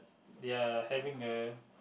they're having a